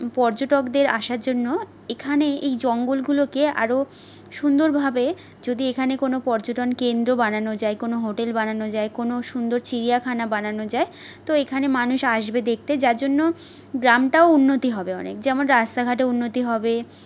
পর্যটকদের আসার জন্য এখানে এই জঙ্গলগুলোকে আরও সুন্দরভাবে যদি এখানে কোনো পর্যটনকেন্দ্র বানানো যায় কোনো হোটেল বানানো যায় কোনো সুন্দর চিড়িয়াখানা বানানো যায় তো এখানে মানুষ আসবে দেখতে যার জন্য গ্রামটাও উন্নতি হবে অনেক যেমন রাস্তাঘাটেও উন্নতি হবে